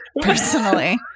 personally